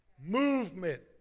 Movement